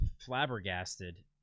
flabbergasted